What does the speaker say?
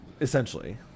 essentially